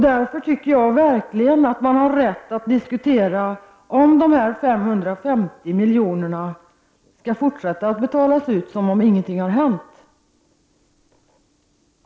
Därför tycker jag verkligen att man har rätt att diskutera om dessa 550 milj.kr. skall fortsätta att betalas ut som om ingenting har hänt.